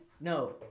No